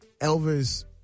Elvis